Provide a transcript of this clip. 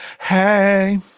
Hey